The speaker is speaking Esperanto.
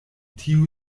tiu